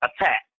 attack